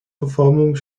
verformung